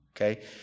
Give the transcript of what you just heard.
okay